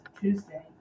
Tuesday